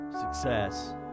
success